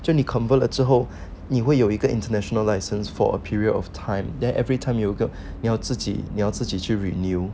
就你 convert 了之后呢会有一个 international license for a period of time then everytime 你要自己你要自己去 renew